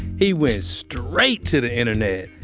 he went straight to the internet.